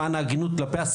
הגופנית